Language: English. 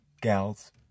Gals